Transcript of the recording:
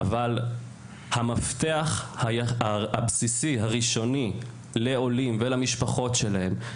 אני אגיד שהמפתח הבסיסי והראשוני לעולים ולמשפחות שלהם,